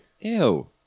Ew